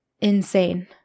insane